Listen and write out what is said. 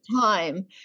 time